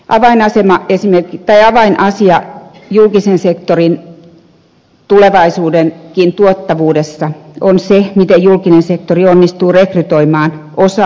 avainasema esine tai aina sillä avainasia julkisen sektorin tulevaisuudenkin tuottavuudessa on se miten julkinen sektori onnistuu rekrytoimaan osaajat jatkossa